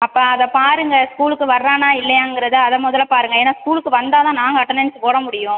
அப்போ அதை பாருங்கள் ஸ்கூலுக்கு வர்றானா இல்லையாங்கிறதை அதை முதல்ல பாருங்கள் ஏனால் ஸ்கூலுக்கு வந்தால் தான் நாங்கள் அட்டனன்ஸ் போட முடியும்